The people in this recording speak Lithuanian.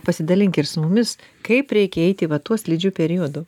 pasidalink ir su mumis kaip reikia eiti va tuo slidžiu periodu